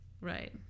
Right